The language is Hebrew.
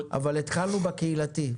אבל התחלנו בהיבט הקהילתי,